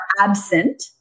absent